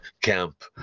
camp